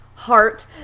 heart